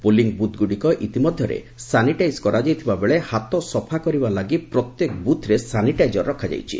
polling booth ଗୁଡ଼ିକ ଇତିମଧ୍ୟରେ sanitize କରାଯାଇଥିବା ବେଳେ ହାତ ସଫା କରିବା ଲାଗି ପ୍ରତ୍ୟେକ ବୁଥ୍ରେ ସାନିଟାଇଜର ରଖାଯାଇଛି